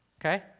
Okay